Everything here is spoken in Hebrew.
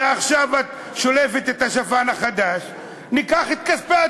ועכשיו את שולפת את השפן החדש: ניקח את כספי הטוטו.